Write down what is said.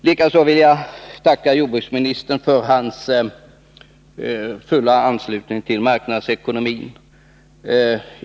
Likaså vill jag tacka jordbruksministern för hans fulla anslutning till marknadsekonomin.